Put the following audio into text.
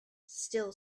still